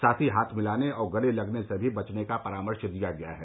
साथ ही हाथ मिलाने और गले लगने से भी बचने का परामर्श दिया गया है